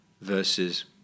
versus